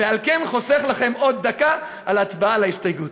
וכך חוסך לכם עוד דקה של הצבעה על ההסתייגות.